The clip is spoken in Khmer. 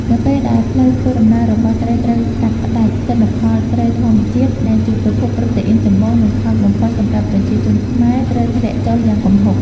នៅពេលដែលផ្លូវធ្វើដំណើររបស់ត្រីត្រូវកាត់ផ្ដាច់ ទិន្នផលត្រីធម្មជាតិដែលជាប្រភពប្រូតេអ៊ីនចម្បង និងថោកបំផុតសម្រាប់ប្រជាជនខ្មែរ ត្រូវធ្លាក់ចុះយ៉ាងគំហុក។